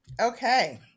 Okay